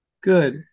Good